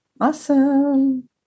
Awesome